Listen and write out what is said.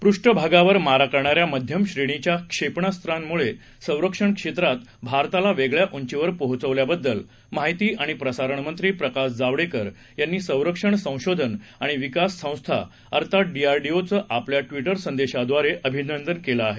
पृष्ठभागावर मारा करणाऱ्या मध्यम श्रेणीच्या क्षेपणास्त्रांमुळे संरक्षण क्षेत्रात भारताला वेगळ्या उंचीवर पोहचवल्याबद्दल माहिती आणि प्रसारण मंत्री प्रकाश जावडेकर यांनी संरक्षण संशोधन आणि विकास संस्था अर्थात डीआरडीओचं आपल्या ट्विटर संदेशाद्वारे अभिनंदन केलं आहे